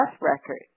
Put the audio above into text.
record